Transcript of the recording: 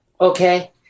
Okay